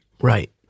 Right